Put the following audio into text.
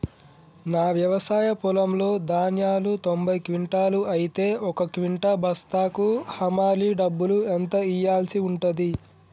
నా వ్యవసాయ పొలంలో ధాన్యాలు తొంభై క్వింటాలు అయితే ఒక క్వింటా బస్తాకు హమాలీ డబ్బులు ఎంత ఇయ్యాల్సి ఉంటది?